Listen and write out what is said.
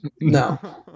No